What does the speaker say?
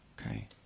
Okay